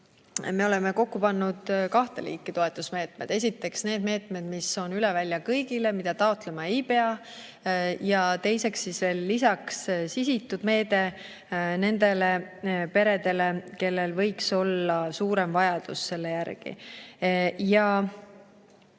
me oleme kokku pannud kahte liiki toetusmeetmed: esiteks, need meetmed, mis on üle välja kõigile, mida taotlema ei pea, ja teiseks, sihitud meede nendele peredele, kellel võiks olla suurem vajadus selle järele.